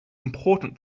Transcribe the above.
important